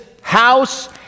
house